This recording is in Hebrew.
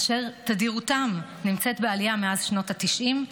אשר תדירותן נמצאת בעלייה מאז שנות התשעים,